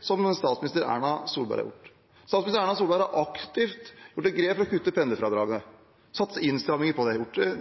som statsminister Erna Solberg har tatt. Statsminister Erna Solberg har aktivt tatt et grep for å kutte pendlerfradraget, gjort innstramminger på det,